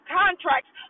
contracts